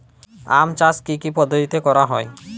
আম চাষ কি কি পদ্ধতিতে করা হয়?